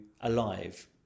alive